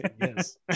Yes